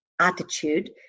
attitude